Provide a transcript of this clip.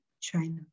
China